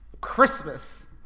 Christmas